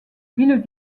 ville